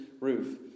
roof